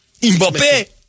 Mbappe